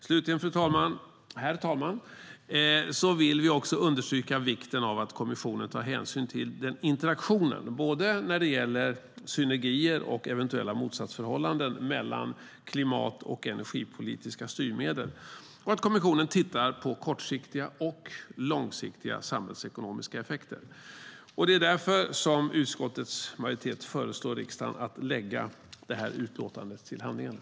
Slutligen, herr talman, vill vi också understryka vikten av att kommissionen tar hänsyn till interaktionen, både när det gäller synergier och eventuella motsatsförhållanden, mellan klimat och energipolitiska styrmedel och att kommissionen tittar på kortsiktiga och långsiktiga samhällsekonomiska effekter. Det är därför som utskottets majoritet föreslår riksdagen att lägga detta utlåtande till handlingarna.